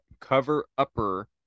cover-upper